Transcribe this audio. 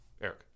Eric